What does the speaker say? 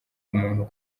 umuntu